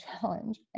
challenge